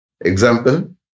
Example